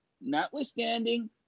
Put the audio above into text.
notwithstanding